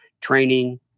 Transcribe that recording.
training